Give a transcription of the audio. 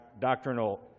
doctrinal